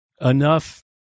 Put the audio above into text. enough